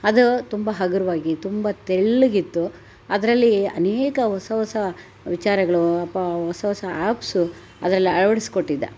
ಅದು ತುಂಬ ಹಗುರವಾಗಿ ತುಂಬ ತೆಳ್ಳಗಿತ್ತು ಅದರಲ್ಲಿ ಅನೇಕ ಹೊಸ ಹೊಸ ವಿಚಾರಗಳು ಪ ಹೊಸ ಹೊಸ ಆ್ಯಪ್ಸು ಅದ್ರಲ್ಲಿ ಅಳವಡ್ಸ್ಕೊಟ್ಟಿದ್ದ